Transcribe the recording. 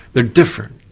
they're different.